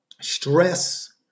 stress